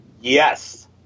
Yes